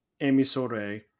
Emisore